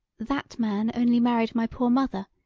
that man only married my poor mother.